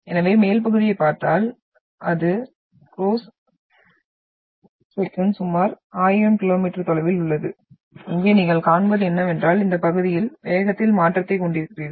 எனவே மேல் பகுதியைப் பார்த்தால் அது க்ரோஸ் செக்சன் சுமார் ஆயிரம் கிலோமீட்டர் தொலைவில் உள்ளது இங்கே நீங்கள் காண்பது என்னவென்றால் இந்த பகுதியில் வேகத்தில் மாற்றத்தைக் கொண்டிருக்கிறீர்கள்